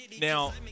Now